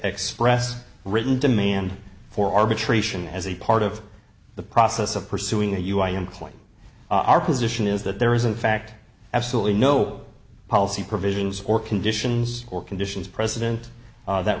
express written demand for arbitration as a part of the process of pursuing a u i and claim our position is that there isn't fact absolutely no policy provisions or conditions or conditions president that